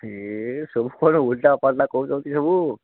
ସିଏ ସବୁ ଓଲଟା ପାଲଟା କହୁଛନ୍ତି ସବୁ